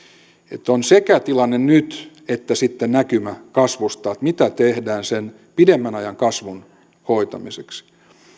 taloudesta on sekä tilanne nyt että sitten näkymä kasvusta mitä tehdään sen pidemmän ajan kasvun hoitamiseksi